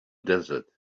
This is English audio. desert